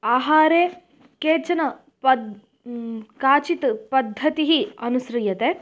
आहारे केचन पद् काचित् पद्धतिः अनुस्रीयते